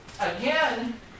Again